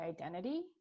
identity